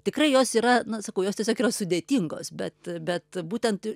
tikrai jos yra na sakau jos tiesiog yra sudėtingos bet bet būtent